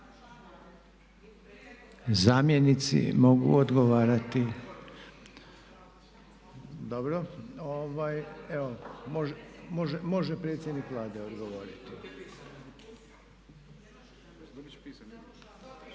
Zamjenici mogu odgovarati. Dobro, evo može predsjednik Vlade odgovoriti.